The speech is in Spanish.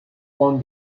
con